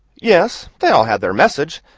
yes they all had their message,